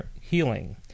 healing